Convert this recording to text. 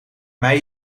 mij